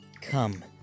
Come